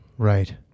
Right